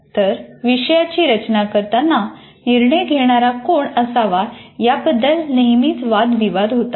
तर विषयाची रचना करताना निर्णय घेणारा कोण असावा याबद्दल नेहमीच वाद विवाद होतात